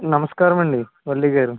నమస్కారం అండి వల్లి గారు